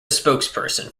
spokesperson